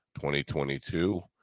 2022